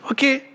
Okay